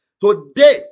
Today